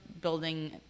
building